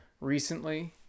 recently